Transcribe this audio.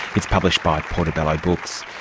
is published by portobello books.